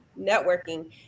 networking